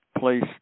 place